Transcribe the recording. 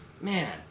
Man